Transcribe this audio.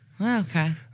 Okay